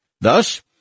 Thus